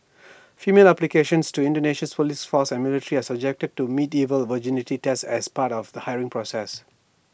female applicants to Indonesia's Police force and military are subjected to medieval virginity tests as part of the hiring process